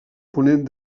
ponent